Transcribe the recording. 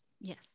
yes